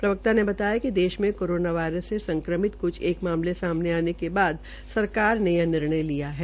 प्रवक्ता ने बताया कि देश में कोरोना वायरस से संक्रमित क्छ एक मामले सामने आने के बाद सरकार ने यह निर्णय लिया है